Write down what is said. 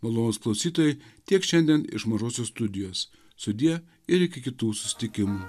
malonūs klausytojai tiek šiandien iš mažosios studijos sudie ir iki kitų susitikimų